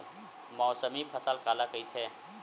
मौसमी फसल काला कइथे?